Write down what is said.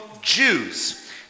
Jews